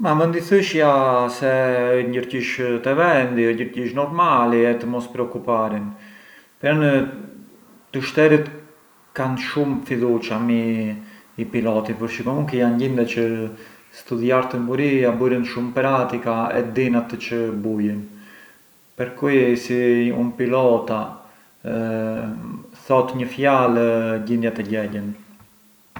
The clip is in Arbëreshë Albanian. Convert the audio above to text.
Ma mënd i thëshja se ë gjërgjish te vendi, ë gjërgjish normali e të mos preokuparen, pranë të shterët kan shumë fiducia mbi pilotin, përçë comunque jan gjinde çë studiartën buria, burën shumë pratica e din atë çë bujën, per cui si un pilota thot një fjalë gjindiat e gjegjen.